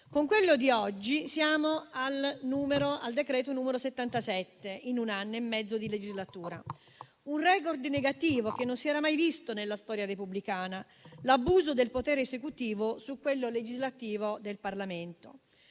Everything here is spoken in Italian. Con quello di oggi siamo al decreto numero settantasette. In un anno e mezzo di legislatura è un *record* negativo che non si era mai visto nella storia repubblicana, quello dell'abuso del potere esecutivo su quello legislativo del Parlamento.